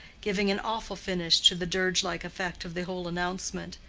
giving an awful finish to the dirge-like effect of the whole announcement.